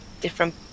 different